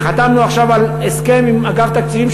וחתמנו עכשיו על הסכם עם אגף התקציבים